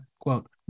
quote